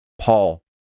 Paul